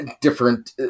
different